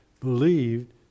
believed